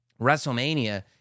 WrestleMania